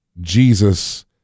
Jesus